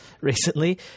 recently